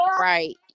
right